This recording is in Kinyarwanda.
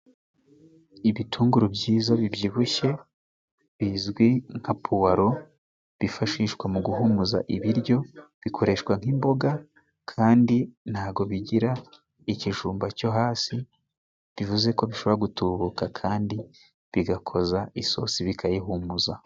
Ibitunguru byiza bibyibushye bizwi nka Puwalo, bifashishwa mu guhumuza ibiryo, bikoreshwa nk'imboga kandi ntago bigira ikijumba cyo hasi bivuze ko bishobora gutubuka kandi bigakoza isosi bikayihumuza.